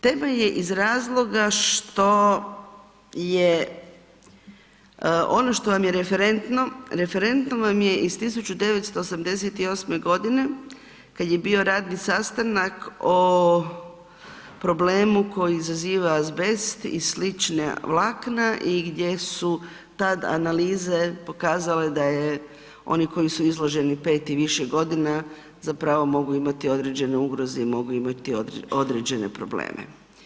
Tema je iz razloga što je ono što vam je referentno, referentno vam je iz 1988. g. kad je bio radni sastanak o problemu koji izaziva azbest i slična vlakna i gdje su tad analize pokazale da je oni koji su izloženi 5 i više godina zapravo mogli imati određene ugroze i mogu imati određene probleme.